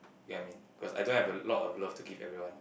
get what I mean cause I don't have a lot of love to give everyone